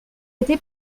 été